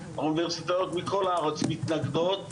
אוניברסיטאות מכל הארץ מתנגדות,